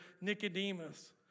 Nicodemus